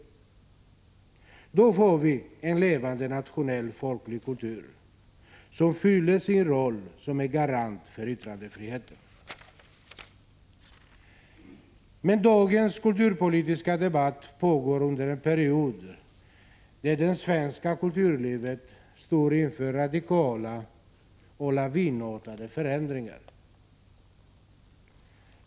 Då får vi en levande, nationell, folklig kultur, som fyller sin roll som en garant för yttrandefriheten. Men dagens kulturpolitiska debatt förs i en tid då det svenska kulturlivet står inför radikala och lavinartade förändringar.